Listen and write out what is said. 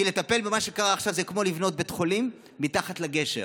כי לטפל במה שקרה עכשיו זה כמו לבנות בית חולים מתחת לגשר.